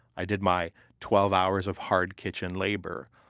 i did my twelve hours of hard kitchen labor.